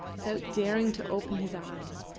without daring to open his eyes,